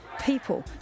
People